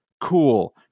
Cool